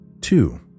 Two